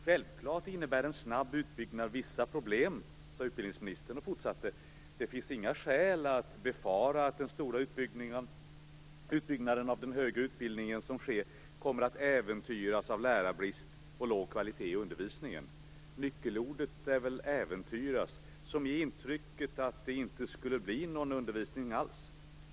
"Självklart innebär en snabb utbyggnad vissa problem" sade utbildningsministern och fortsatte: "Det finns emellertid inga skäl att befara att den stora utbyggnad av den högre utbildningen som sker - kommer att äventyras av lärarbrist eller låg kvalitet i undervisningen." Nyckelordet är väl "äventyras". Det ger intrycket att det inte skulle bli någon undervisning alls.